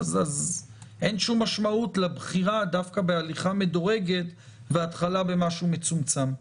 אז אין שום משמעות לבחירה דווקא בהליכה מדורגת והליכה במשהו מצומצם.